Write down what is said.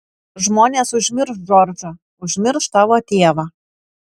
žmonės užmirš džordžą užmirš tavo tėvą